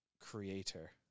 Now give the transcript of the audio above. creator